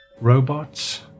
Robots